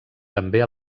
també